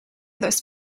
those